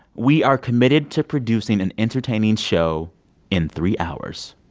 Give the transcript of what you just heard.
we are committed to producing an entertaining show in three hours.